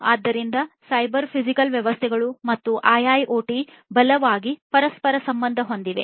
ಆದ್ದರಿಂದ cyber physical ವ್ಯವಸ್ಥೆಗಳು ಮತ್ತು ಐಐಒಟಿ ಬಲವಾಗಿ ಪರಸ್ಪರ ಸಂಬಂಧ ಹೊಂದಿವೆ